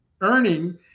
earning